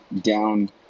down